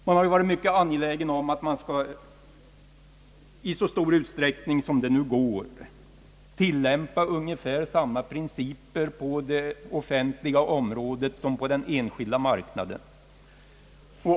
Man har varit mycket angelägen om att i så stor utsträckning som möjligt tillämpa ungefär samma principer på det offentliga området som på den enskilda marknaden.